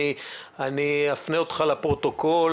אני אפנה אותך לפרוטוקול,